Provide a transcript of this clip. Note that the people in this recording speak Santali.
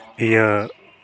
ᱤᱭᱟᱹ